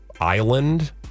island